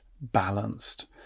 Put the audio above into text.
balanced